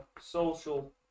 social